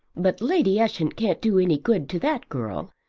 but lady ushant can't do any good to that girl.